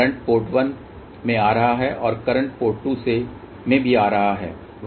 current port 1 में आ रहा है और करंट पोर्ट 2 में भी आ रहा है